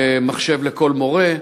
במחשב לכל מורה,